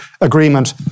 agreement